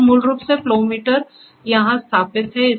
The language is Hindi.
सर मूल रूप से फ्लो मीटर यहां स्थापित है